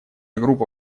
группа